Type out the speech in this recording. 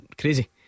Crazy